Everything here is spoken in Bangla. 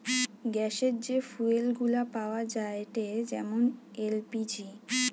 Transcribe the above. গ্যাসের যে ফুয়েল গুলা পাওয়া যায়েটে যেমন এল.পি.জি